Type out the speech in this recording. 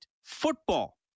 football